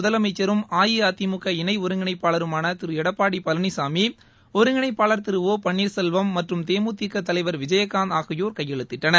முதலமைச்சரும் அஇஅதிமுக இணை ஒருங்கிணைப்பாளருமான திரு எடப்பாடி பழனிசாமி ஒருங்கிணைப்பாளர் திரு ஓ பன்னீர செல்வம் மற்றும் தேமுதிக தலைவர் விஜயகாந்த் ஆகியோர் கையெழுத்திட்டனர்